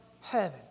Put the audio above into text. heaven